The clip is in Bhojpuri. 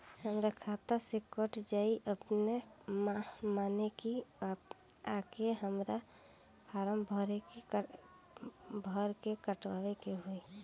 हमरा खाता से कट जायी अपने माने की आके हमरा फारम भर के कटवाए के होई?